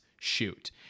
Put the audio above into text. shoot